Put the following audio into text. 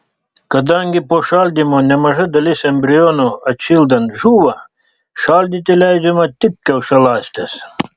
kadangi po šaldymo nemaža dalis embrionų atšildant žūva šaldyti leidžiama tik kiaušialąstes